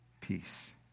peace